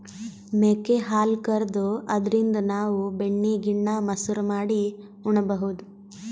ಮೇಕೆ ಹಾಲ್ ಕರ್ದು ಅದ್ರಿನ್ದ್ ನಾವ್ ಬೆಣ್ಣಿ ಗಿಣ್ಣಾ, ಮಸರು ಮಾಡಿ ಉಣಬಹುದ್